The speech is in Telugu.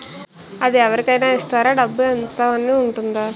అది అవరి కేనా ఇస్తారా? డబ్బు ఇంత అని ఉంటుందా?